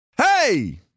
Hey